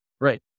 Right